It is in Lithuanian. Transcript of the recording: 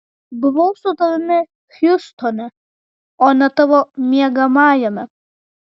buvau su tavimi hjustone o ne tavo miegamajame